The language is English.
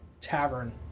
tavern